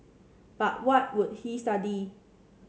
but what would he study